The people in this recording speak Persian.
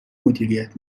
مدیریت